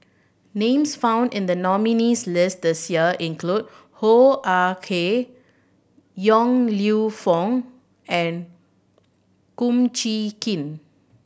names found in the nominees' list this year include Hoo Ah Kay Yong Lew Foong and Kum Chee Kin